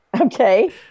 Okay